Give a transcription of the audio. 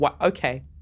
okay